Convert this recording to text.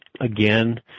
again